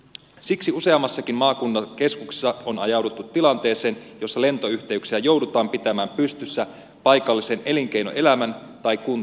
siksi useammassakin maakunnan keskuksessa on ajauduttu tilanteeseen jossa lentoyhteyksiä joudutaan pitämään pystyssä paikallisen elinkeinoelämän tai kuntien rahalla